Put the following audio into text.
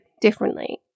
differently